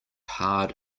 hard